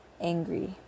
angry